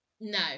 No